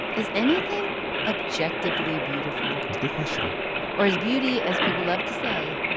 is anything objectively beautiful? and good question or is beauty, as people love to say,